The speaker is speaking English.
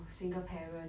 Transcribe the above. single parent